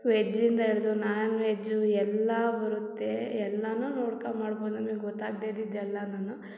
ವೆಜ್ಜಿಂದ ಹಿಡ್ದು non veg ಎಲ್ಲ ಬರುತ್ತೆ ಎಲ್ಲನೂ ನೋಡ್ಕೋ ಮಾಡ್ಬೌದು ನಮಿಗೆ ಗೊತಾಗದೆ ಇದ್ದಿದ್ದು ಎಲ್ಲನು